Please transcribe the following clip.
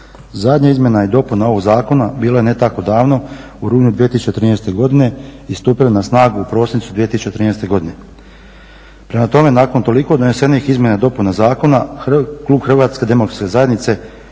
Zadnja izmjena i dopunama ovog Zakona bila je ne tako davno u rujnu 2013. godine i stupila je na snagu u prosincu 2013. godine. Prema tome nakon toliko donesenih izmjena i dopunama zakona klub Hrvatske demokratske zajednice